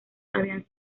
habían